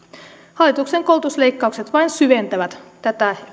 hallituksen koulutusleikkaukset vain syventävät tätä